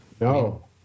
No